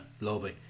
lobby